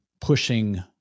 pushing